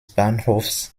bahnhofs